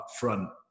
upfront